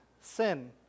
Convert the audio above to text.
Sin